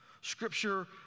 Scripture